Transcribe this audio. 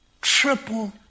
triple